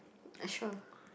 uh sure